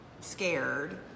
scared